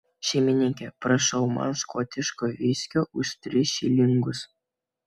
šeimininke prašau man škotiško viskio už tris šilingus